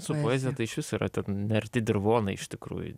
su poezija tai iš vis yra ten nearti dirvonai iš tikrųjų